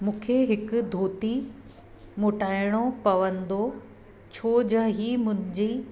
मूंखे हिकु धोती मोटाइणो पवंदो छो ज हीअ मुंहिंजी